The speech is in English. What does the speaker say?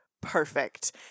perfect